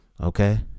okay